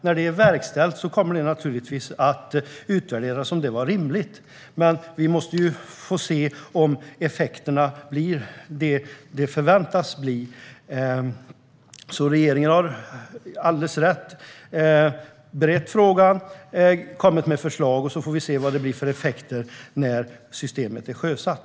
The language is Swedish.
När det har verkställts kommer det naturligtvis att utvärderas om det var rimligt. Men vi måste få se om effekterna blir de förväntade. Regeringen har gjort alldeles rätt när man berett frågan och kommit med förslag, och så får vi se vad det blir för effekter när systemet är sjösatt.